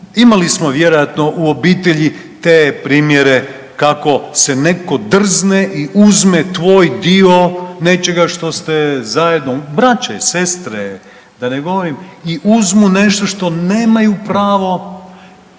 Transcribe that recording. imali smo vjerojatno u obitelji te primjere kako se netko drzne i uzme tvoj dio nečega što ste zajedno, braća i sestre da ne govorim i uzmu nešto što nemaju pravo, naprave